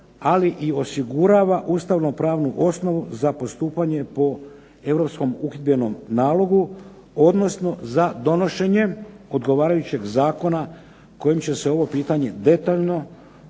ali i osigurava ustavno-pravnu osnovu za postupanje po Europskom uhidbenom nalogu odnosno za donošenje odgovarajućeg zakona kojim će se ovo pitanje detaljno urediti